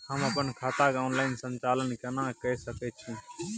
हम अपन खाता के ऑनलाइन संचालन केना के सकै छी?